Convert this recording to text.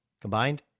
combined